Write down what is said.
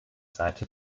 seite